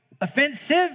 offensive